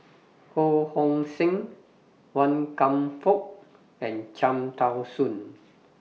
Ho Hong Sing Wan Kam Fook and Cham Tao Soon